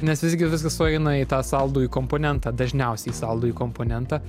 nes visgi viskas sueina į tą saldųjį komponentą dažniausiai saldųjį komponentą